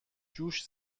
جوش